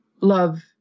love